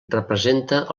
representa